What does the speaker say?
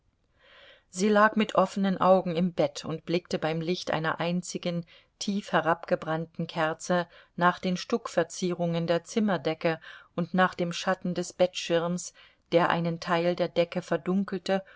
sie lag mit offenen augen im bett und blickte beim licht einer einzigen tief herabgebrannten kerze nach den stuckverzierungen der zimmerdecke und nach dem schatten des bettschirms der einen teil der decke verdunkelte